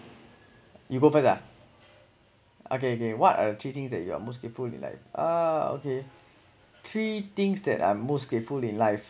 you go first lah okay okay what are the three things that you are most greatful in life uh okay three things that I'm most grateful in life